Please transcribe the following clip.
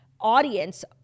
audience